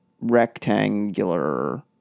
rectangular